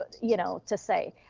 you know, to say,